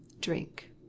Drink